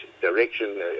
direction